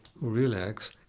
relax